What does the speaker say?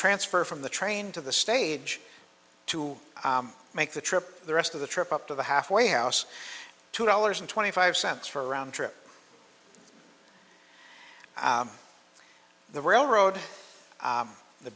transfer from the train to the stage to make the trip the rest of the trip up to the halfway house two dollars and twenty five cents for a round trip the railroad